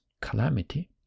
calamity